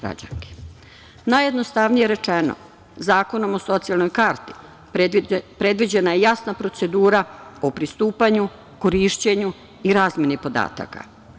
Najjednostavnije rečeno, zakonom o socijalnoj karti predviđena je jasna procedura o pristupanju, korišćenju i razmeni podataka.